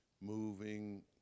moving